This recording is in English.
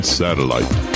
satellite